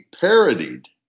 parodied